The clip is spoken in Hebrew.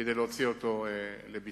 כדי להוציא אותו לביצוע.